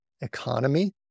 economy